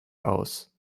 aus